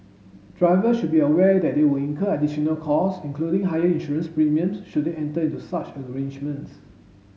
driver should be aware that they will incur additional cost including higher insurance premiums should they enter into such arrangements